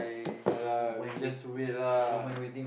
!alah! we just wait lah